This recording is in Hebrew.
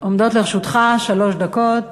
עומדות לרשותך שלוש דקות.